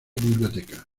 biblioteca